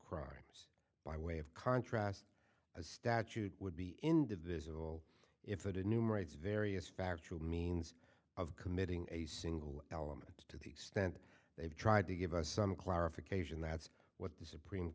crimes by way of contrast a statute would be individual if it enumerates various factual means of committing a single element to the extent they've tried to give us some clarification that's what the supreme